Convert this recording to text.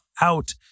out